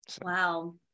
wow